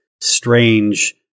strange